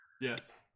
Yes